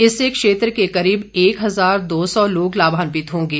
इससे क्षेत्र के करीब एक हजार दो सौ लोग लाभान्वित होंगे